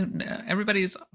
everybody's